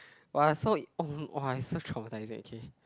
!wah! so um !wah! it's so traumatising okay